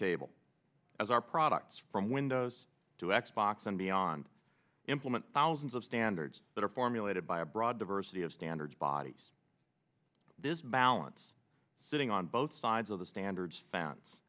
table as are products from windows to x box and beyond implement thousands of standards that are formulated by a broad diversity of standards bodies this balance sitting on both sides of the standards f